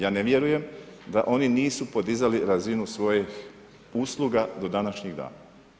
Ja ne vjerujem da oni nisu podizali razinu svojih usluga do današnjih dana.